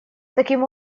таким